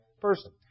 person